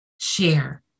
share